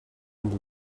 and